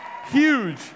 Huge